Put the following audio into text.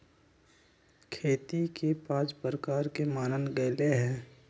खेती के पाँच प्रकार के मानल गैले है